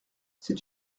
c’est